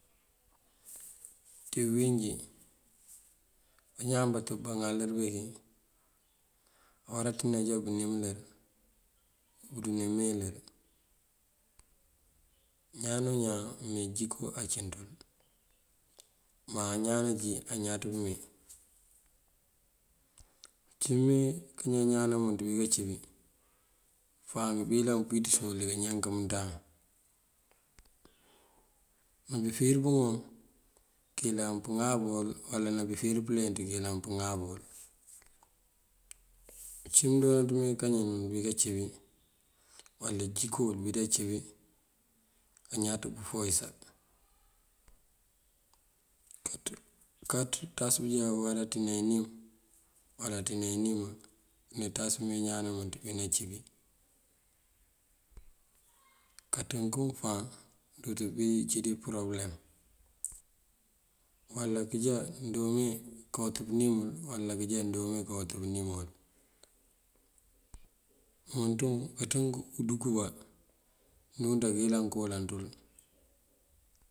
Ţí uwínjí bañaan bëtëb baŋalër bíki bala ţína baduka nimëlër bëdune meeyëlër. Ñaan o ñaan nëmee jiko acinţul. Má ñaan najín añaţ pëmee. Cí mëmee kañan ñaan mënţ bí kací bí fáan këbí yëlan pëwiţësol dí kañan kamënţ. Nabí fíir pëŋom këlan pëŋabol wala nabí fíir pëleenţ këyëlan pëŋabol. Cí mëndoonaţ kañan nul bí kací bí wala jiko wul bí dací bí añaţ pëfooyësa. kaţí pëţas ñaan awará ţína inim wala ţína inimul këţas pëmee ñaan namënţ bí nací bí. Kaţënku fáan ndëwët pëbí cídi përobëlëm wala këjá ndoomee kawët pënimul wala kajá ndoomee kawët pënimol. Wumënţ wuŋ kaţënk uduku bá mëndúuţa këyëlan koolan ţul.